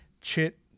chit